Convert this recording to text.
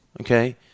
okay